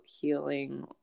healing